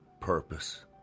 purpose